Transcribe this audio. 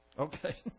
Okay